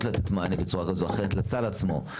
לתת מענה בצורה כזו או אחרת לסל עצמו,